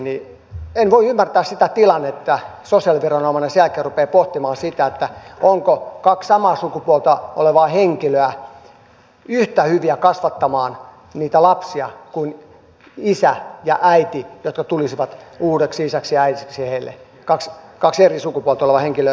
en voi ymmärtää sitä tilannetta että sosiaaliviranomainen sen jälkeen rupeaa pohtimaan sitä ovatko kaksi samaa sukupuolta olevaa henkilöä yhtä hyviä kasvattamaan niitä lapsia kuin isä ja äiti jotka tulisivat uudeksi isäksi ja äidiksi heille kaksi eri sukupuolta olevaa henkilöä